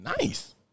Nice